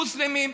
מוסלמים,